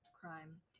crime